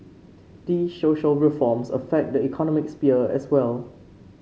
these social reforms affect the economic sphere as well